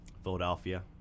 Philadelphia